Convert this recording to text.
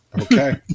Okay